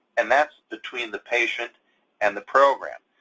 and that's between the patient and the program.